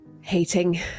hating